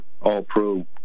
all-pro